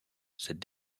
cette